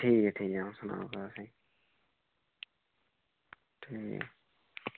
ठीक ठीक ऐ सनाई ओड़ेआ उसी ठीक